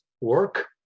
work